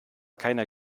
keiner